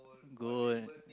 gold